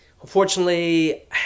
Unfortunately